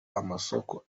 amasoko